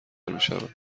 میشوند